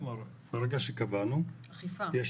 אכיפה.